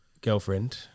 girlfriend